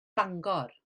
bangor